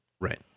Right